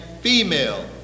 female